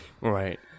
Right